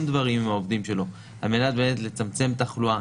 דברים עם העובדים שלו על מנת לצמצם תחלואה.